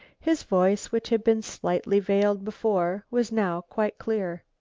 his voice, which had been slightly veiled before, was now quite clear.